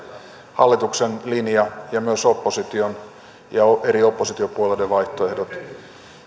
hallituksen linja ja myös opposition eri oppositiopuolueiden vaihtoehdot